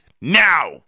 now